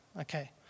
Okay